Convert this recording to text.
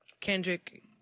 Kendrick